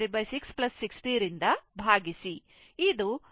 i ಇದು ಇಲ್ಲಿರುವ ಒಟ್ಟು ವಿದ್ಯುತ್ ಹರಿವು ಆಗಿರುತ್ತದೆ